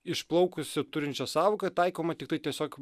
išplaukusį turinčią sąvoka taikomą tiktai tiesiog